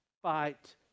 fight